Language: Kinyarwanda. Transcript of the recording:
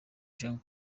jean